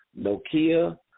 Nokia